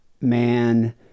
man